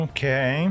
Okay